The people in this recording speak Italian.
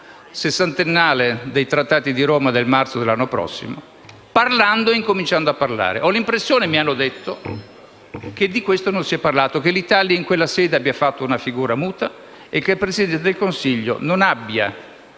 sessantennale dei Trattati di Roma del marzo dell'anno prossimo? Parlando e cominciando a parlare. Ho l'impressione - mi hanno detto - che di questo non si è parlato, che l'Italia in quella sede abbia fatto una figura muta e che il Presidente del Consiglio non abbia